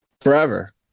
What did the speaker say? forever